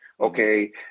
Okay